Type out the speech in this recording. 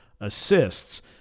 assists